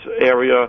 area